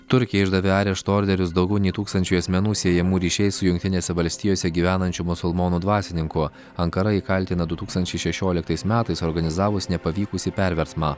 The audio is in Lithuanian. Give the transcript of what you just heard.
turkija išdavė arešto orderius daugiau nei tūkstančiui asmenų siejamų ryšiais su jungtinėse valstijose gyvenančių musulmonų dvasininku ankara jį kaltina du tūkstančiai šešioliktais metais organizavus nepavykusį perversmą